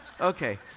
okay